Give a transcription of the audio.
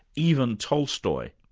even tolstoy,